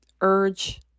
urge